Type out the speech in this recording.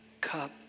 cup